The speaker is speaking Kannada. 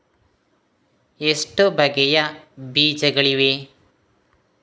ಎಷ್ಟು ಬಗೆಯ ಬೀಜಗಳಿವೆ?